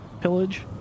pillage